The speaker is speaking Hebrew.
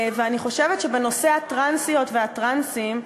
אני חושבת שבנושא הטרנסיות והטרנסים,